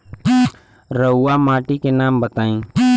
रहुआ माटी के नाम बताई?